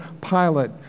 Pilate